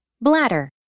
Bladder